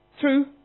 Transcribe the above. True